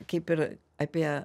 kaip ir apie